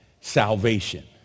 salvation